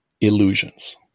illusions